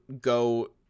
go